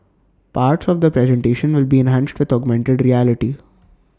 parts of the presentation will be enhanced with augmented reality